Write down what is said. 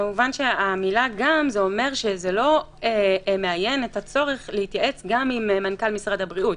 המילה "גם" לא מאיין את הצורך להתייעץ גם עם מנכ"ל משרד הבריאות,